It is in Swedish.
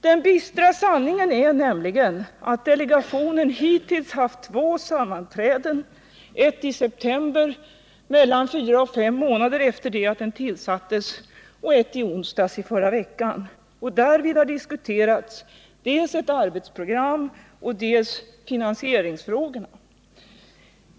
Den bistra sanningen är nämligen att delegationen hittills haft två sammanträden, ett i september, mellan fyra och fem månader efter det att den tillsattes, och ett i onsdags i förra veckan. Därvid har diskuterats dels ett arbetsprogram, dels finansieringsfrågorna.